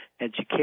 education